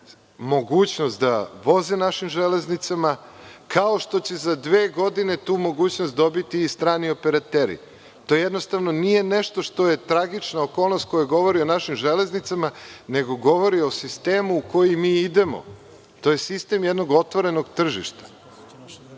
mogućnost da voze našim železnicama, kao što će za dve godine tu mogućnost dobiti i strani operateri. To jednostavno nije nešto što je tragična okolnost, koja govori o našim železnicama, nego govori o sistemu u koji mi idemo. To je sistem jednog otvorenog tržišta.